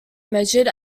measured